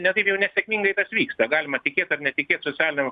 ne taip jau nesėkmingai tas vyksta galima tikėt ar netikėt socialinėm